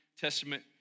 Testament